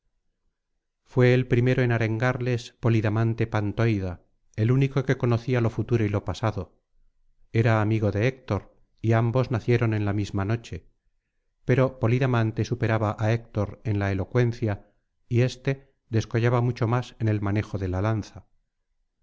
fué el primero en arengarles polidamante pantoida el único que conocía lo futuro y lo pasado era amigo de héctor y ambos nacieron en la misma noche pero polidamante superaba á héctor en la elocuencia y éste descollaba mucho más en el manejo de la lanza